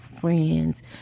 friends